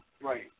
Right